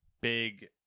big